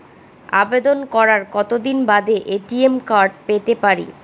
আবেদন করার কতদিন বাদে এ.টি.এম কার্ড পেতে পারি?